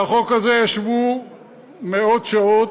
על החוק הזה ישבו מאות שעות.